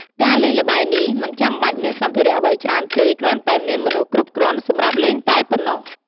ការលេងល្បែងនេះមិនចាំបាច់មានសម្ភារៈអ្វីច្រើនទេ គ្រាន់តែមានមនុស្សគ្រប់គ្រាន់សម្រាប់លេងតែប៉ណ្ណោះ។